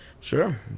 Sure